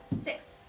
Six